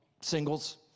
singles